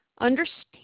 Understand